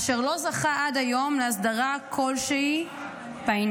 אשר לא זכה עד היום להסדרה כלשהי בעניין.